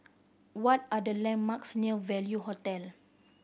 what are the landmarks near Value Hotel